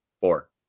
Four